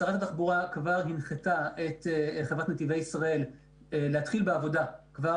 שרת התחבורה כבר הנחתה את חברת נתיבי ישראל להתחיל בעבודה כבר